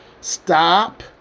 Stop